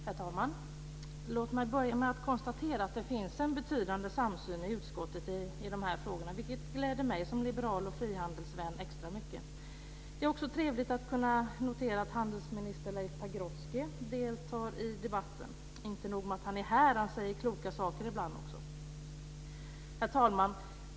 Herr talman! Låt mig börja med att konstatera att det i dessa frågor finns en betydande samsyn i utskottet, vilket gläder mig som liberal och frihandelsvän extra mycket. Det är också trevligt att kunna notera att handelsminister Leif Pagrotsky deltar i debatten. Och inte nog med att han är här - han säger dessutom ibland kloka saker.